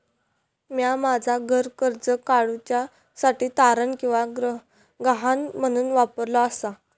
म्या माझा घर कर्ज काडुच्या साठी तारण किंवा गहाण म्हणून वापरलो आसा